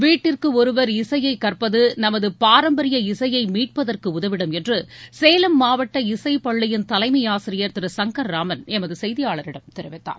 வீட்டுக்கு ஒருவர் இசையை கற்பது நமது பாரம்பரிய இசையை மீட்பதற்கு உதவிடும் என்று சேலம் மாவட்ட இசை பள்ளியின் தலைமை ஆசிரியர் திரு சங்கர்ராமன் எமது செய்தியாளரிடம் தெரிவித்தார்